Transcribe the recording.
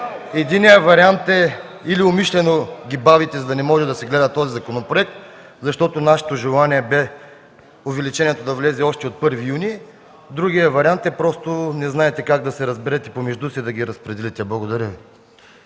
Единият вариант е – или умишлено ги бавите, за да не може да се гледа този законопроект, защото желанието ни бе увеличението да влезе още от 1 юни, другият вариант е, просто не знаете как да се разберете помежду си да ги разпределите. Благодаря.